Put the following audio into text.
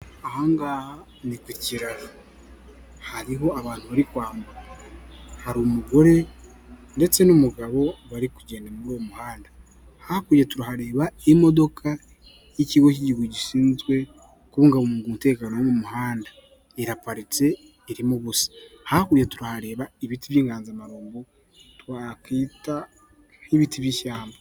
Ahangaha ni kukiraro hariho abantu bari kwambuka, hari umugore ndetse n'umugabo bari kugenda muri uwo muhanda, hakurya turahareba imodoka y'ikigo cy'igihugu gishinzwe kubungabunga umutekano wo mu muhanda, iraparitse, irimo ubusa, hakurya twareba ibiti by'inganzamarumbo twakwita nk'ibiti by'ishyamba.